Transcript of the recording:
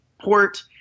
port